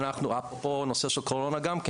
פה נושא של קורונה גם,